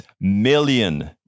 million